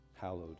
Hallowed